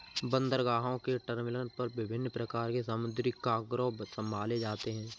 बंदरगाहों के टर्मिनल पर विभिन्न प्रकार के समुद्री कार्गो संभाले जाते हैं